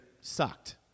sucked